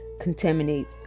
contaminate